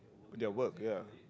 their work ya